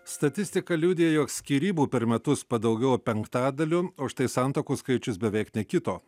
statistika liudija jog skyrybų per metus padaugėjo penktadaliu o štai santuokų skaičius beveik nekito